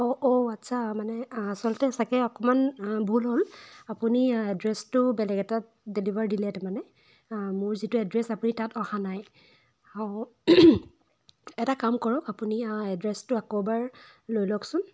অঁ অঁ আচ্ছা মানে আচলতে চাগে অকণমান ভুল হ'ল আপুনি এড্ৰেছটো বেলেগ এটাত ডেলিভাৰ দিলে তাৰমানে মোৰ যিটো এড্ৰেছ আপুনি তাত অহা নাই অঁ এটা কাম কৰক আপুনি এড্ৰেছটো আকৌ এবাৰ লৈ লওকচোন